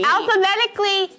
Alphabetically